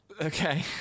Okay